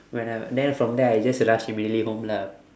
when I then from there I just rush immediately home lah